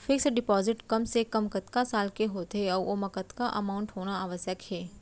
Fix deposit कम से कम कतका साल के होथे ऊ ओमा कतका अमाउंट होना आवश्यक हे?